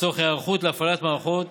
לצורך היערכות להפעלת מערכות